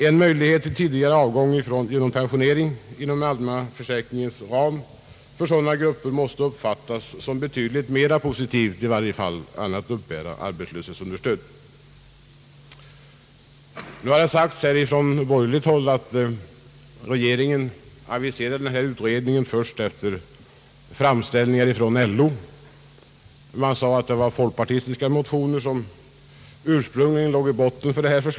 En möjlighet till tidigare avgång genom pensionering inom den allmänna försäkringens ram för sådana grupper måste uppfattas som något betydligt mera positivt än att man låter dessa människor uppbära arbetslöshetsunderstöd. Det har sagts från borgerligt håll att regeringen aviserat denna utredning först efter framställningar från LO. Det har också sagts att förslaget ursprungligen framförts i folkpartimotioner.